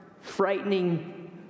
frightening